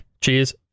cheers